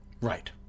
Right